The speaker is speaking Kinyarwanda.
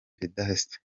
vedaste